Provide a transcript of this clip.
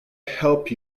help